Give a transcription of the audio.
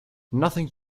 nothing